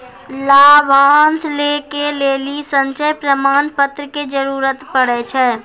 लाभांश लै के लेली संचय प्रमाण पत्र के जरूरत पड़ै छै